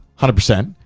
hundred percent.